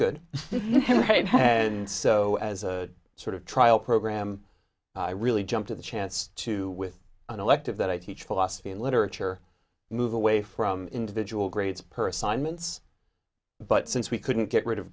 good and so as a sort of trial program i really jump to the chance to with an elective that i teach philosophy literature move away from individual grades person minutes but since we couldn't get rid of